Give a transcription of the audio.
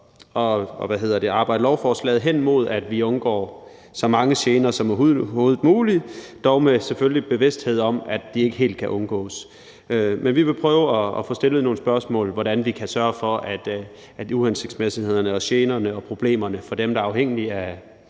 at arbejde lovforslaget hen mod, at vi undgår så mange gener som overhovedet muligt, dog med en bevidsthed om, at de ikke helt kan undgås. Men vi vil prøve at få stillet nogle spørgsmål om, hvordan vi kan sørge for, at uhensigtsmæssighederne, generne og problemerne for dem, der er afhængige af